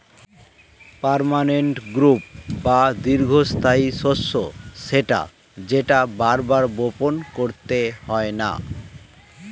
permanent crop বা দীর্ঘস্থায়ী শস্য সেটা যেটা বার বার বপণ করতে হয়না